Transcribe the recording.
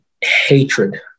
hatred